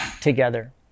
together